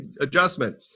adjustment